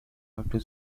after